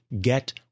get